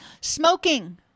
Smoking